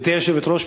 גברתי היושבת-ראש,